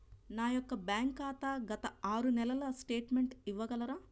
నా యొక్క బ్యాంక్ ఖాతా గత ఆరు నెలల స్టేట్మెంట్ ఇవ్వగలరా?